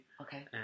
Okay